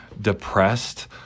depressed